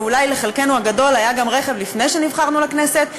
ואולי לחלקנו הגדול היה רכב גם לפני שנבחרנו לכנסת,